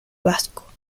vasco